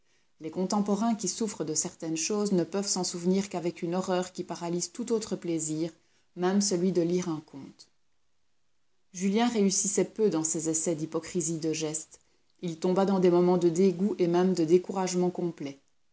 les contemporains qui souffrent de certaines choses ne peuvent s'en souvenir qu'avec une horreur qui paralyse tout autre plaisir même celui de lire un conte julien réussissait peu dans ses essais d'hypocrisie de gestes il tomba dans des moments de dégoût et même de découragement complet